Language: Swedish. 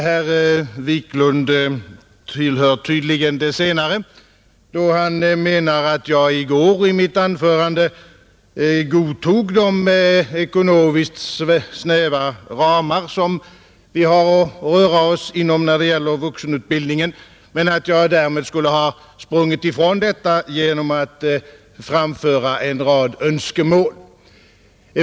Herr Wiklund i Härnösand tillhör tydligen de senare, då han menar att jag i går i mitt anförande godtog de ekonomiskt snäva ramar som vi har att röra oss inom när det gäller vuxenutbildningen men att jag skulle ha sprungit ifrån detta genom att framföra en rad önskemål.